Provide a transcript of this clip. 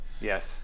Yes